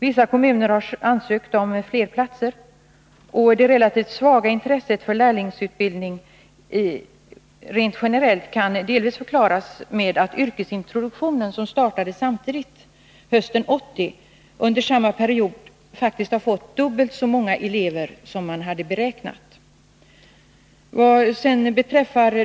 Vissa kommuner har ansökt om fler platser. Och det relativt svaga intresset för lärlingsutbildning rent generellt kan delvis förklaras med att yrkesintroduk tionen, som startades samtidigt under hösten 1980, under samma period faktiskt har fått dubbelt så många elever som man hade beräknat.